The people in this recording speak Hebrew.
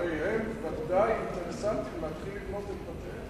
הרי בוודאי יש להם אינטרס להתחיל לבנות את בתיהם.